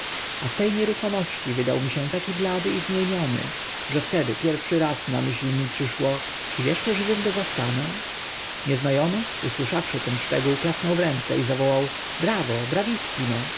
a w te nieruchomości wydał mi się taki blady i zmieniony że wtedy pierwszy raz na myśl mi przyszło czy eszcze żywym go zastanę niezna omy usłyszał ten szczegół klasnął w ręce i zawołał bravo